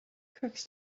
crooks